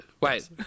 Wait